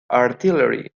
artillery